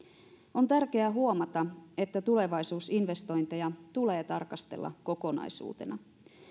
on tärkeää huomata että tulevaisuusinvestointeja tulee tarkastella kokonaisuutena